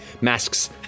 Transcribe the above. Masks